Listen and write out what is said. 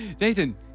Nathan